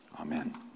Amen